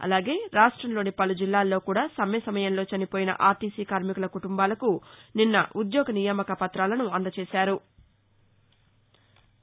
అలాగే రాష్టంలోని పలు జిల్లాలో కూడా సమ్మె సమయంలో చనిపోయిన ఆర్టీసీ కార్యికుల కుటంబాలకు నిన్న ఉద్యోగ నియామక పత్రాలను అందజేశారు